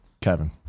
Kevin